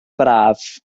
braf